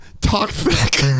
toxic